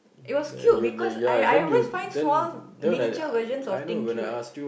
it was cute because I I always find small miniatures version of things cute